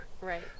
Right